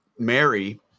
mary